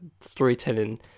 storytelling